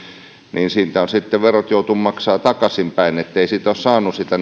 niin siitä on sitten verot joutunut maksamaan takaisinpäin eli ei siitä ole saanut sitä